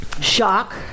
Shock